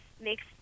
makes